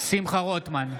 שמחה רוטמן,